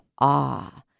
awe